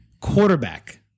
quarterback